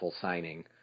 signing